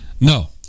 No